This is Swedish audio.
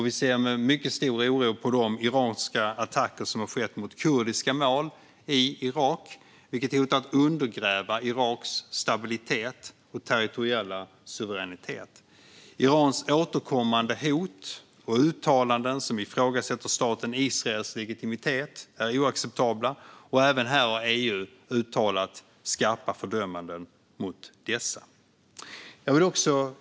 Vi ser med mycket stor oro på de iranska attacker som har skett mot kurdiska mål i Irak, vilket hotar att undergräva Iraks stabilitet och territoriella suveränitet. Irans återkommande hot och uttalanden som ifrågasätter staten Israels legitimitet är oacceptabla, och även här EU har uttalat skarpa fördömanden av dessa.